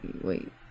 Wait